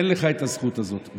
אין לך את הזכות הזאת.